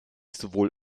sowohl